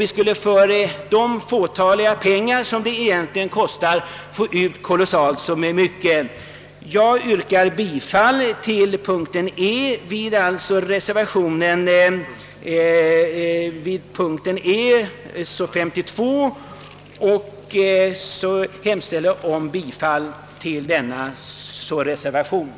Vi skulle för små belopp kunna vinna ofantligt mycket. Herr talman! Jag yrkar bifall till reservationen E vid punkten 52.